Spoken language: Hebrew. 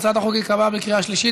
הצעת החוק התקבלה בקריאה שלישית,